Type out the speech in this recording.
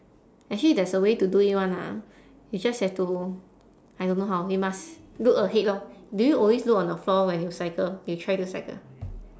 actually there's a way to do it [one] ah you just have to I don't know how you must look ahead lor do you always look on the floor when you cycle you try to cycle